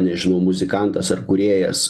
nežinau muzikantas ar kūrėjas